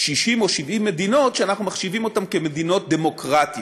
60 או 70 מדינות שאנחנו מחשיבים אותן למדינות דמוקרטיות